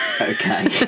okay